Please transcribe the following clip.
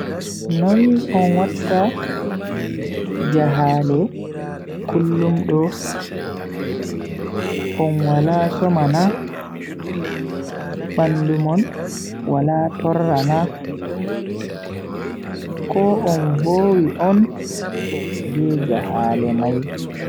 Noi on watta jahale kullum do, on wala soma na? bandu mon wala torra na? ko on vowi on be jahale mai?